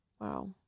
Wow